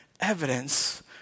evidence